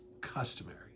customary